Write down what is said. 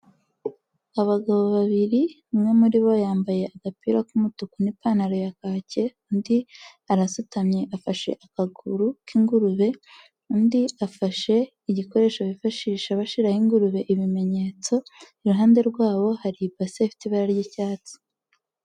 Abagabo babiri umwe muri bo yambaye agapira k'umutuku n'ipantaro ya kake, undi arasutamye afashe akaguru k'ingurube, undi afashe igikoresho bifashisha bashiraho ingurube ibimenyetso, iruhande rwabo hari ibase ifite ibara ry'icyatsi.